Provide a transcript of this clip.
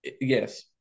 Yes